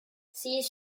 sees